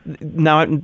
Now